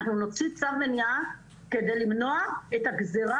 אנחנו נוציא צו מניעה כדי למנוע את הגזרה